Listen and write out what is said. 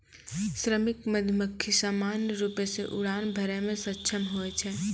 श्रमिक मधुमक्खी सामान्य रूपो सें उड़ान भरै म सक्षम होय छै